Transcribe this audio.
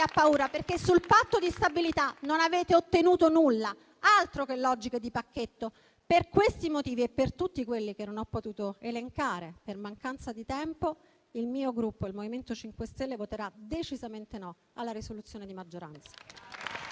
ha paura? Perché sul Patto di stabilità non avete ottenuto nulla; altro che logiche di pacchetto. Per questi motivi e per tutti quelli che non ho potuto elencare per mancanza di tempo, il mio Gruppo, il MoVimento 5 Stelle, voterà decisamente no alla risoluzione di maggioranza.